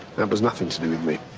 that was nothing to do with me.